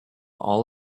all